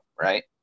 right